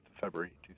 February